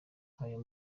ayo